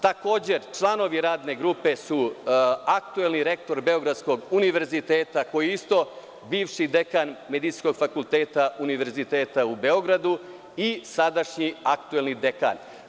Takođe, članovi Radne grupe su aktuelni rektor Beogradskog univerziteta, koji je isto bivši dekan Medicinskog fakulteta Univerziteta u Beogradu, i sadašnji aktuelni dekan.